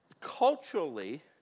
culturally